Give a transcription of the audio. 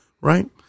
right